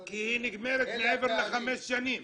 כי היא נגמרת מעבר לחמש שנים.